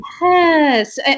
Yes